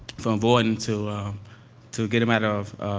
from avoiding to, ah to get them out of,